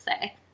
say